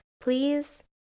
please